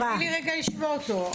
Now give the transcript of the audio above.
תני לי רגע לשמוע אותו,